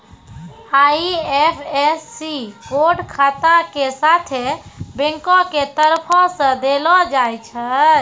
IFSC code खाता के साथे बैंको के तरफो से देलो जाय छै